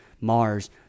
Mars